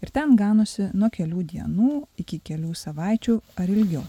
ir ten ganosi nuo kelių dienų iki kelių savaičių ar ilgiau